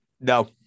No